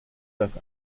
das